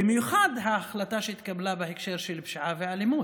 במיוחד ההחלטה שהתקבלה בהקשר לפשיעה ואלימות.